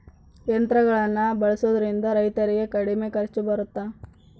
ಯಂತ್ರಗಳನ್ನ ಬಳಸೊದ್ರಿಂದ ರೈತರಿಗೆ ಕಡಿಮೆ ಖರ್ಚು ಬರುತ್ತಾ?